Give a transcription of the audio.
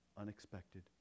unexpected